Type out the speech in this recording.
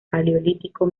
paleolítico